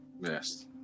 yes